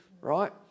right